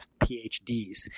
PhDs